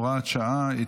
הוראת שעה),